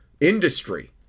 industry